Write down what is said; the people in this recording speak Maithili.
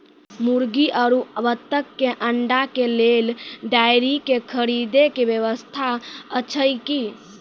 मुर्गी आरु बत्तक के अंडा के लेल डेयरी के खरीदे के व्यवस्था अछि कि?